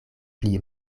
pli